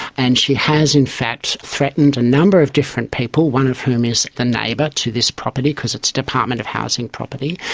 and she has in fact threatened a number of different people, one of whom is a neighbour to this property, because it's department of housing property,